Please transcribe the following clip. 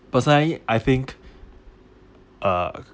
personally I think uh